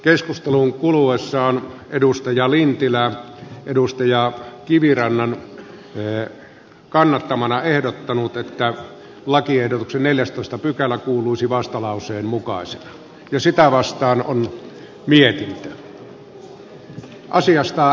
keskustelun kuluessa on edustaja lintilän edustaja kivirannan vene kannattamana ehdottanut että lakiehdotuksen neljästoista pykälä kuuluisi vastalauseen mukaisen kysytään vastaan arvoisa puhemies